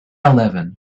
eleven